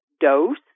dose